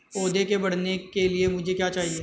पौधे के बढ़ने के लिए मुझे क्या चाहिए?